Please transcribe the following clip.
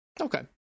Okay